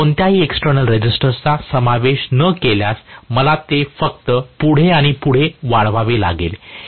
मी कोणत्याही एक्सटेर्नल रेसिस्टन्सचा समावेश न केल्यास मला ते फक्त पुढे आणि पुढे वाढवावे लागेल